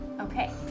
Okay